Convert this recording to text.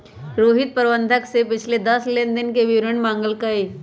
रोहित प्रबंधक से पिछले दस लेनदेन के विवरण मांगल कई